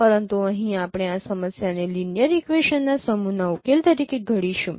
પરંતુ અહીં આપણે આ સમસ્યાને લિનિયર ઇક્વેશન ના સમૂહના ઉકેલ તરીકે ઘડીશું